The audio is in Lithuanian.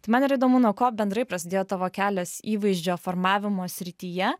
tai man įdomu nuo ko bendrai prasidėjo tavo kelias įvaizdžio formavimo srityje